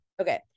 Okay